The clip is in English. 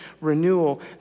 renewal